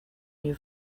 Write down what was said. new